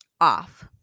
off